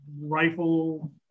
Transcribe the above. rifle